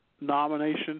nomination